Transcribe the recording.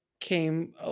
came